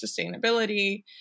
sustainability